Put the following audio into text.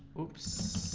oops